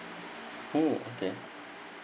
mm yeah